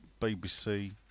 BBC